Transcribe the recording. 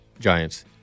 Giants